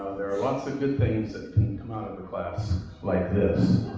there are lots of good things that can come out of a class like this.